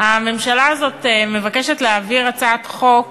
הממשלה הזאת מבקשת להעביר הצעת חוק